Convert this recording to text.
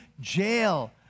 jail